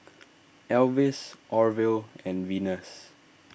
Elvis Orvil and Venus